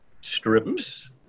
strips